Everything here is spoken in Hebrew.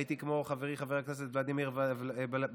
הייתי כמו חברי חבר הכנסת ולדימיר בליאק,